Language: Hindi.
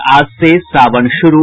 और आज से सावन शुरू